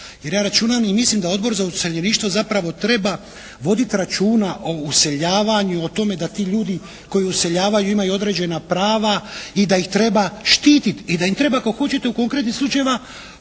Jer ja računam i mislim da Odbor za useljeništvo zapravo treba voditi računa o useljavanju, o tome da ti ljudi koji useljavaju imaju određena prava i da ih treba štititi. I da im treba ako hoćete u konkretnim slučajevima